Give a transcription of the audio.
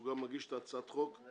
שהוא גם מגיש הצעת החוק עם